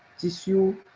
tissue,